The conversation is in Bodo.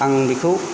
आं बेखौ